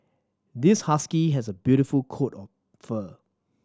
this husky has a beautiful coat of fur